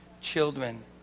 children